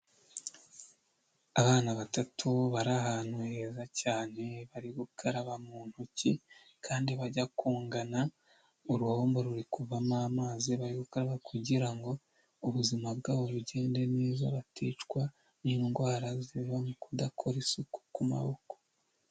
Abana batatu bari ahantu heza cyane, bari gukaraba mu ntoki, kandi bajya kungana, uruhumbo ruri kuvamo amazi bari gukaraba kugira ngo ubuzima bwabo bugende neza, baticwa n'indwara ziva mu kudakora isuku ku maboko.